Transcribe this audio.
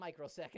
microseconds